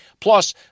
Plus